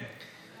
כן.